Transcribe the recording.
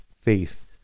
faith